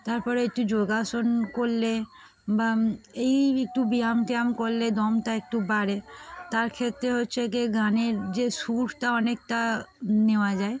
তারপরে একটু যোগাসন করলে বা এই একটু ব্যায়াম তায়াম করলে দমটা একটু বাড়ে তার ক্ষেত্রে হচ্ছে যে গানের যে সুরটা অনেকটা নেওয়া যায়